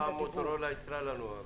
באופן מידי --- פעם מוטורולה ייצרה את זה.